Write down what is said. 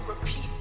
repeat